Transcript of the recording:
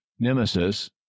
Nemesis